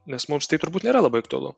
nes mums tai turbūt nėra labai aktualu